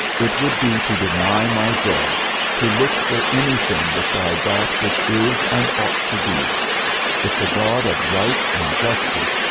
it would be to deny my dead to look for anything beside that which is and ought to be if the god of right and justice,